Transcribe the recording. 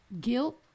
guilt